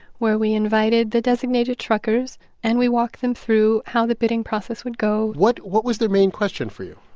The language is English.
where we invited the designated truckers and we walked them through how the bidding process would go what what was their main question for you?